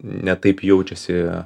ne taip jaučiasi